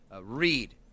read